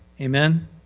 Amen